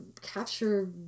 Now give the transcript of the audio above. capture